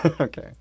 Okay